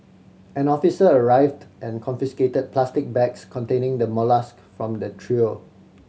an officer arrived and confiscated plastic bags containing the molluscs from the trio